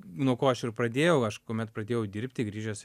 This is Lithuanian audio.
nuo ko aš ir pradėjau aš kuomet pradėjau dirbti grįžęs